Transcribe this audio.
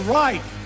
right